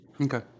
okay